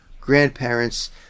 grandparents